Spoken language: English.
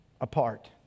apart